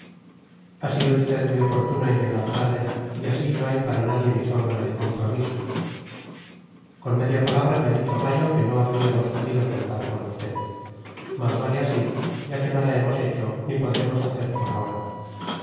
ha sido usted muy oportuno en llegar tarde y así no hay para nadie ni sombra de compromiso con media palabra me ha dicho gallo que no habríamos podido contar con usted más vale así ya que nada hemos hecho ni podremos hacer por ahora